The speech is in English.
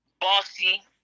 bossy